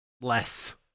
less